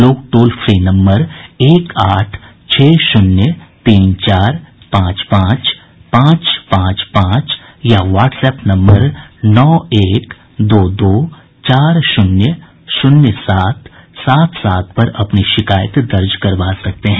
लोग toll free number एक आठ छह शून्य तीन चार पांच पांच पांच पांच या वाट्सएप नम्बर नौ एक दो दो चार शून्य शून्य सात सात सात पर अपनी शिकायत दर्ज करवा सकते हैं